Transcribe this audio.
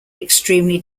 extremely